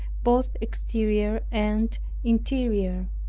both exterior and interior,